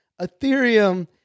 Ethereum